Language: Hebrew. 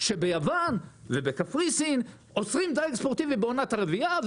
שביוון ובקפריסין אוסרים דיג ספורטיבי בעונת הרבייה,